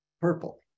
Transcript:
purple